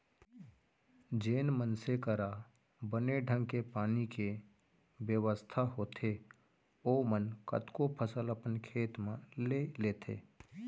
जेन मनसे करा बने ढंग के पानी के बेवस्था होथे ओमन कतको फसल अपन खेत म ले लेथें